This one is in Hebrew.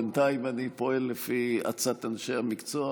בינתיים אני פועל לפי עצת אנשי המקצוע,